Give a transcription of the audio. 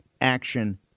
action